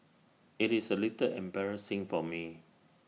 IT is A little embarrassing for me